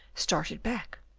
started back.